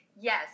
Yes